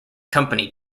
company